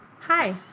Hi